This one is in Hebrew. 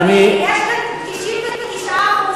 יש כאן רוב של 99%,